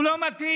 הוא לא מתאים.